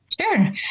Sure